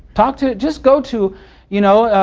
talk to just go to you know,